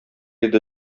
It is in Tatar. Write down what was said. иде